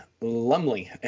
Lumley